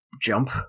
jump